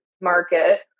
Market